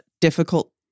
difficult